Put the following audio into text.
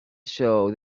show